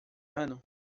ano